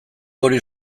hori